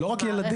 לא רק ילדים.